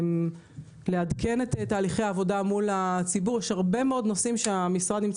יש הרבה מאוד הליכים שאנחנו צריכים